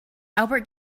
albert